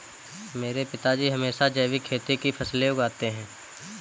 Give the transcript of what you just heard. मेरे पिताजी हमेशा जैविक खेती की फसलें उगाते हैं